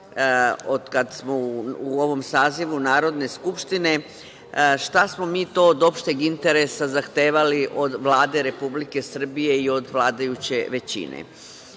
od kad smo u ovom sazivu Narodne skupštine, šta smo mi to od opšteg interesa zahtevali od Vlade Republike Srbije i od vladajuće većine.